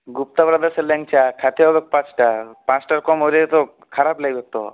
গুপ্তা ব্রাদার্সের ল্যাংচা খেতে হবে পাঁচটা পাঁচটার কম হলে তো খারাপ লাগবে তো